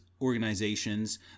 organizations